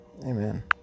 Amen